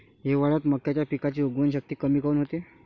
हिवाळ्यात मक्याच्या पिकाची उगवन शक्ती कमी काऊन होते?